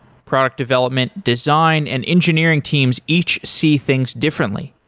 product development, design and engineering teams each see things differently.